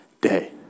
day